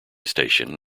station